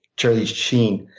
charlie sheen,